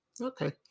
Okay